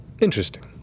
interesting